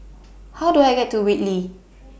How Do I get to Whitley